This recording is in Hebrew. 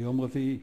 ביום רביעי.